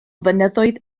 fynyddoedd